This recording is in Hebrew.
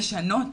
לשנות